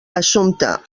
assumpte